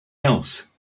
else